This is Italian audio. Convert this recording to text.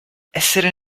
essere